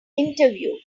interview